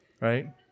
right